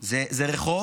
זה רחוב,